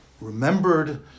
remembered